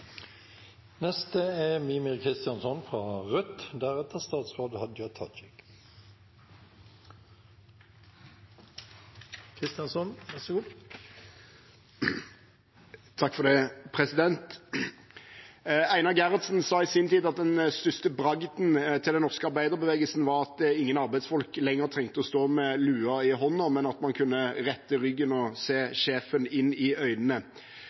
sa i sin tid at den største bragden til den norske arbeiderbevegelsen var at ingen arbeidsfolk lenger trengte å stå med lua i hånden, men at de kunne rette ryggen og se sjefen inn i øynene.